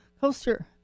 coaster